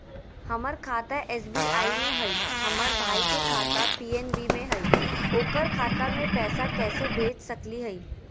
हमर खाता एस.बी.आई में हई, हमर भाई के खाता पी.एन.बी में हई, ओकर खाता में पैसा कैसे भेज सकली हई?